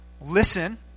listen